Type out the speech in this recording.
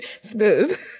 Smooth